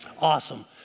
Awesome